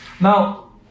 Now